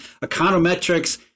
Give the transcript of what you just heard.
econometrics